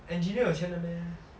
engineer 有钱的 meh